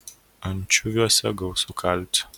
ančiuviuose gausu kalcio